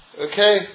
Okay